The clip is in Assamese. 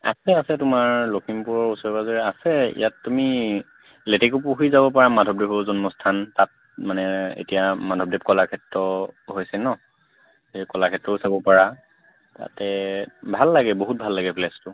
আছে আছে তোমাৰ লখিমপুৰৰ ওচৰে পাঁজৰে আছে ইয়াত তুমি লেটেকু পুখুৰী যাব পাৰা মাধৱদেৱৰ জন্মস্থান তাত মানে এতিয়া মাধৱদেৱ কলাক্ষেত্ৰ হৈছে ন সেই কলাক্ষেত্ৰও চাব পাৰা তাতে ভাল লাগে বহুত ভাল লাগে প্লেচটো